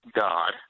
God